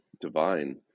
divine